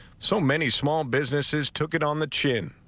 so many small businesses took it on the chin.